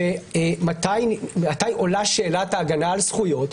מתי עולה שאלת ההגנה על זכויות?